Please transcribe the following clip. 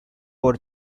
war